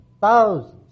thousands